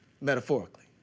metaphorically